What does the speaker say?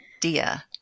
Dia